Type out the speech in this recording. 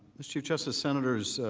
mr. chief justice, senators,